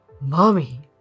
mommy